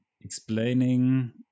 explaining